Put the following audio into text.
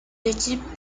l’équipe